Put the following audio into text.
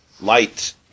light